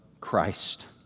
Christ